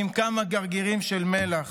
עם כמה גרגירים של מלח.